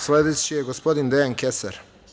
Sledeći je gospodin Dejan Kesar.